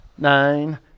Nine